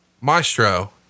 maestro